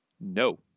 No